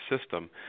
system